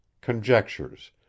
conjectures